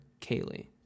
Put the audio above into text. Kaylee